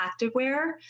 activewear